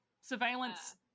Surveillance